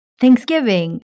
Thanksgiving